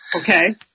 Okay